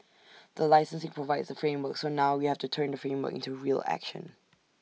the licensing provides the framework so now we have to turn the framework into real action